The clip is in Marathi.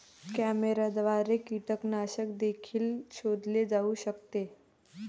कॅमेऱ्याद्वारे कीटकनाशक देखील शोधले जाऊ शकते